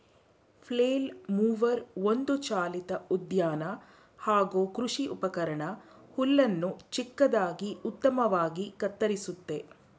flail mower ಒಂದು ಚಾಲಿತ ಉದ್ಯಾನ ಹಾಗೂ ಕೃಷಿ ಉಪಕರಣ ಹುಲ್ಲನ್ನು ಚಿಕ್ಕದಾಗಿ ಉತ್ತಮವಾಗಿ ಕತ್ತರಿಸುತ್ತೆ